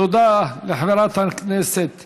תודה לחברת הכנסת